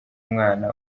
umwana